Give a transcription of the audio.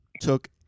took